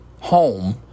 home